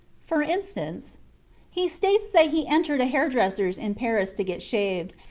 for instance he states that he entered a hair-dresser's in paris to get shaved,